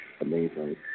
amazing